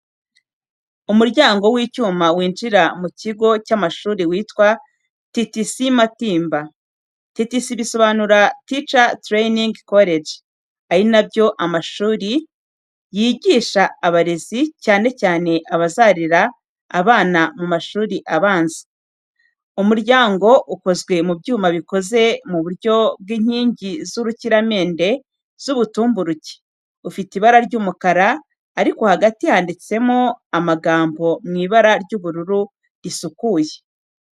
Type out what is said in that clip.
Umuryango w’icyuma winjira mu kigo cy’amashuri witwa TTC Matimba. TTC bisobanura Teacher Training College, ari byo amashuri yigisha abarezi, cyane cyane abazarerera abana mu mashuri abanza. Umuryango ukozwe mu byuma bikoze mu buryo bw’inkingi z’urukiramende z’ubutumburuke, ufite ibara ry’umukara, ariko hagati handitsemo amagambo mu ibara ry’ubururu risukuye.